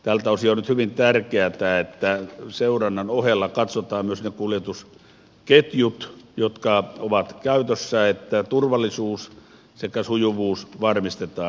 tältä osin on nyt hyvin tärkeätä että seurannan ohella katsotaan myös ne kuljetusketjut jotka ovat käytössä ja että turvallisuus sekä sujuvuus varmistetaan